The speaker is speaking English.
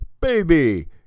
baby